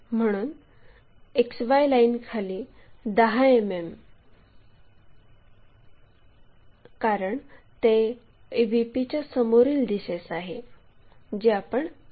म्हणून XY लाईनखाली 10 मिमी कारण ते VP च्या समोरील दिशेस आहे जे आपण फिरविणार आहोत